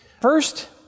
First